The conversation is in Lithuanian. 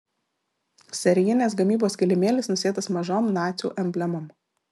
serijinės gamybos kilimėlis nusėtas mažom nacių emblemom